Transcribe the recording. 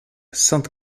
sainte